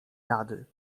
rady